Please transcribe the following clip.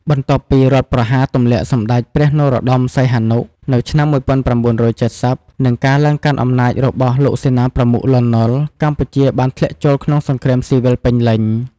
បន្ទាប់ពីរដ្ឋប្រហារទម្លាក់សម្ដេចព្រះនរោត្តម សីហនុ នៅឆ្នាំ១៩៧០ និងការឡើងកាន់អំណាចរបស់លោកសេនាប្រមុខ លន់ នល់ កម្ពុជាបានធ្លាក់ចូលក្នុងសង្គ្រាមស៊ីវិលពេញលេញ។